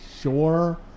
sure